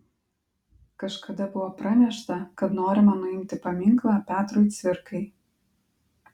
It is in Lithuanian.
kažkada buvo pranešta kad norima nuimti paminklą petrui cvirkai